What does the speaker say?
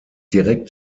direkt